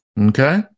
Okay